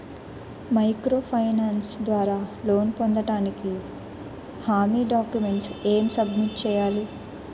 Micro finance ద్వారా loan పొందటానికి హామీ డాక్యుమెంట్స్ ఎం సబ్మిట్ చేయాలి?